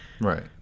Right